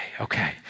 Okay